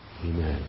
Amen